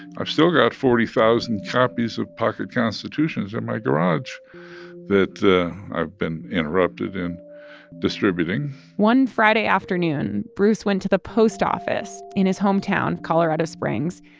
i've still got forty thousand copies of pocket constitutions in my garage that i've been interrupted in distributing one friday afternoon, bruce went to the post office in his hometown of colorado springs.